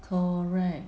correct